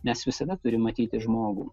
nes visada turi matyti žmogų